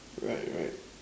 right right